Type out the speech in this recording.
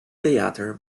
theater